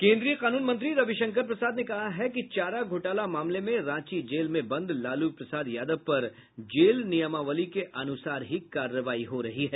केन्द्रीय कानून मंत्री रविशंकर प्रसाद ने कहा है कि चारा घोटाला मामले में रांची जेल में बंद लालू प्रसाद यादव पर जेल नियमावली के अनुसार ही कार्रवाई हो रही है